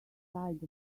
side